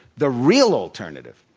the real alternative